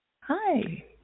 Hi